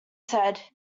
said